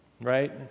right